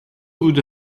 good